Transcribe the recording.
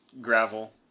gravel